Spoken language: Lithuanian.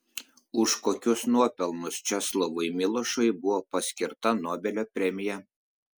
už kokius nuopelnus česlovui milošui buvo paskirta nobelio premija